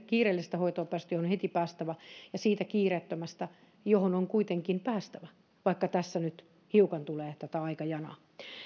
kiireellisestä hoitoon pääsystä johon on heti päästävä ja siitä kiireettömästä johon on kuitenkin päästävä vaikka tässä nyt hiukan tulee tätä aikajanaa